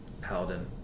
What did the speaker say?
paladin